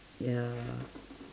ya